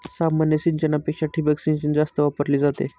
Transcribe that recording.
सामान्य सिंचनापेक्षा ठिबक सिंचन जास्त वापरली जाते